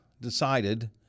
decided